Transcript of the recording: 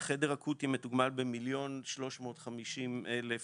החדר אצלנו יפעל באותה מתכונת שמשרד הבריאות הורה עליה,